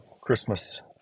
Christmas